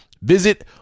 Visit